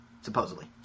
supposedly